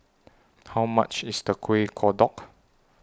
How much IS The Kuih Kodok